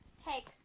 take